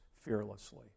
fearlessly